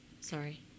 Sorry